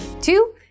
two